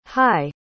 Hi